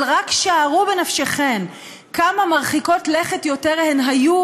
אבל רק שערו בנפשכם כמה מרחיקות לכת יותר הן היו